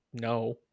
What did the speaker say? no